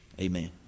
amen